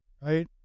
right